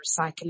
recycling